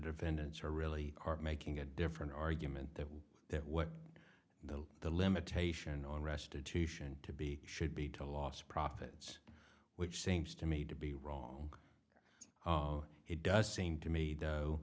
defendants are really making a different argument than that what the the limitation on restitution to be should be to loss profits which seems to me to be wrong oh it does seem to me though